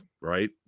right